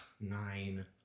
nine